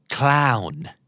Clown